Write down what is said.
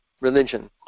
religion